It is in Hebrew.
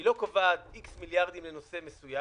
היא לא קובעת X מיליארדים לנושא מסוים.